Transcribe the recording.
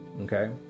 Okay